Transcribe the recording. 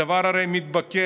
הדבר הרי מתבקש.